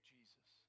Jesus